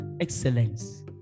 Excellence